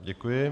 Děkuji.